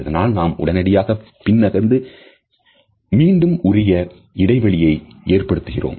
இதனால் நாம் உடனடியாக பின் நகர்ந்து மீண்டும் உரிய இடைவெளிகளை ஏற்படுத்துகிறோம்